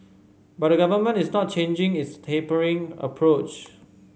but the government is not changing its tapering approach